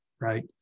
right